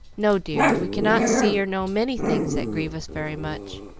no, dear, we cannot see or know many things that grieve us very much,